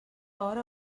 hora